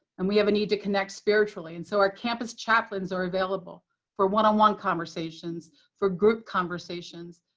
and we have a need to connect spiritually, and so our campus chaplains are available for one on one conversations, for group conversations.